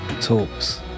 talks